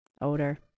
Odor